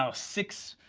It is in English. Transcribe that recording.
so six,